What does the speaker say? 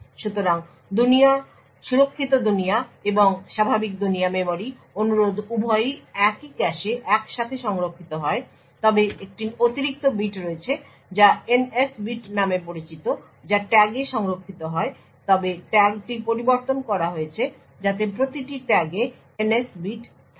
সুরক্ষিত দুনিয়া এবং স্বাভাবিক দুনিয়া মেমরি অনুরোধ উভয়ই একই ক্যাশে একসাথে সংরক্ষিত হয় তবে একটি অতিরিক্ত বিট রয়েছে যা NS বিট নামে পরিচিত যা ট্যাগে সংরক্ষিত হয় তবে ট্যাগটি পরিবর্তন করা হয়েছে যাতে প্রতিটি ট্যাগে NS বিট থাকে